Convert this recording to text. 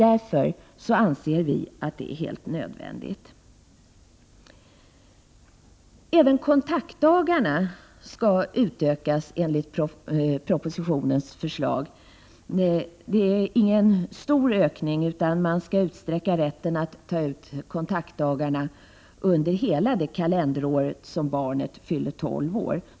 Därför anser vi att det är nödvändigt. Även antalet kontaktdagar skall utökas enligt propositionen. Det är inte fråga om någon stor ökning, utan man skall utsträcka rätten att ta ut kontaktdagarna under hela det kalenderår som barnet fyller tolv år.